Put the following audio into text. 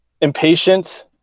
impatient